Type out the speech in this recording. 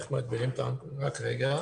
אני